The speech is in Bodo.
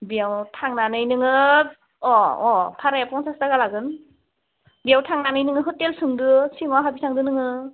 बियाव थांनानै नोङो अ अ भाराया पन्सास थाखाय लागोन बेयाव थांनानै नोङो हटेल सोंदो सिङाव हाबहैदो नोङो